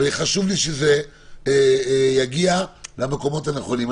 וחשוב לי שזה יגיע למקומות הנכונים.